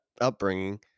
upbringing